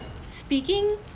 Speaking